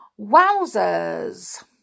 Wowzers